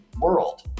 world